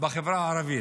בחברה הערבית?